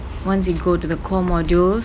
once you go to the core modules